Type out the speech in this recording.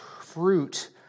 fruit